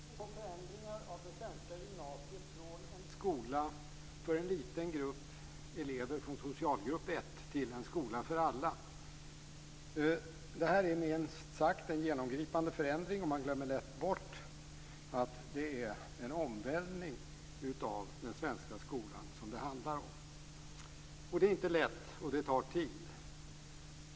Fru talman! Det pågår förändringar av det svenska gymnasiet från en skola för en liten grupp elever från socialgrupp 1 till en skola för alla. Det är, minst sagt, en genomgripande förändring. Man glömmer lätt bort att det är en omvälvning av den svenska skolan som det handlar om. Det är inte lätt, och det tar tid.